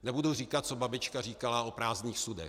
Nebudu říkat, co babička říkala o prázdných sudech.